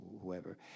whoever